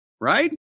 right